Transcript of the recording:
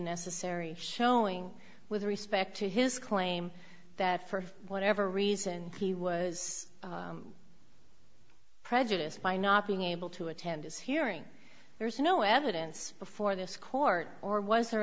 necessary showing with respect to his claim that for whatever reason he was prejudiced by not being able to attend his hearing there's no evidence before this court or was there